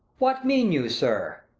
what mean you, sir?